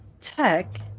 tech